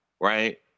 right